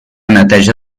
neteja